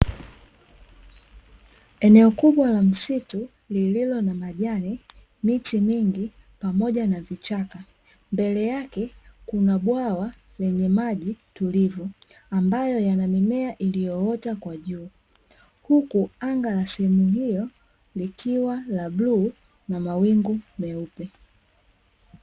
Eneo kubwa la msitu lililo na majani, miti mingi pamoja na vichaka. Mbele yake kuna bwawa lenye maji tulivu, ambayo yana mimea iliyoota kwa juu. Huku anga la sehemu hiyo, likiwa la bluu, na mawingu meupe.